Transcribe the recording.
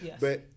Yes